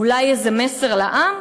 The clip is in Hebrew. אולי איזה מסר לעם?